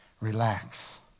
relax